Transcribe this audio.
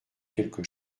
quelque